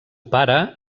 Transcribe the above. pare